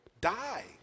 die